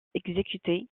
exécutée